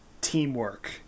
Teamwork